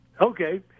Okay